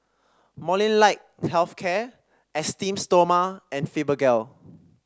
Molnylcke Health Care Esteem Stoma and Fibogel